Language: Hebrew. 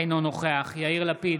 אינו נוכח יאיר לפיד,